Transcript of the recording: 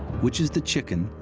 which is the chicken,